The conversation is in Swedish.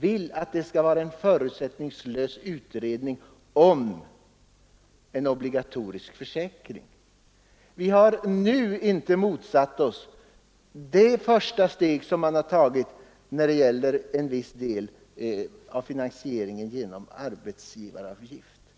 vill att det skall vara en förutsättningslös utredning om en obligatorisk försäkring. Vi har nu inte motsatt oss det första steget när det gäller att en viss del av finansieringen skall ske genom arbetsgivaravgiften.